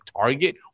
target